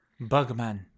Bugman